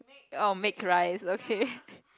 oh make rice okay